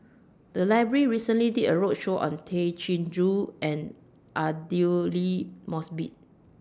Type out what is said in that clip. The Library recently did A roadshow on Tay Chin Joo and Aidli Mosbit